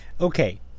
Okay